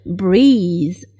breathe